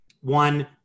one